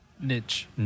niche